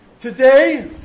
Today